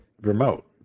remote